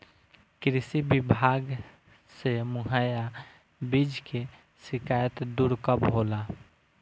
कृषि विभाग से मुहैया बीज के शिकायत दुर कब होला?